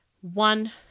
one